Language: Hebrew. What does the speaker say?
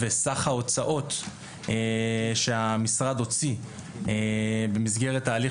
וסך ההוצאות שהמשרד הוציא במסגרת ההליך